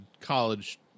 college